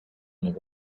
and